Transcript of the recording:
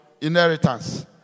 inheritance